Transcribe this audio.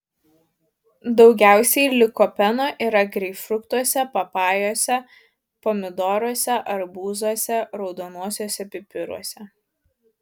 daugiausiai likopeno yra greipfrutuose papajose pomidoruose arbūzuose raudonuosiuose pipiruose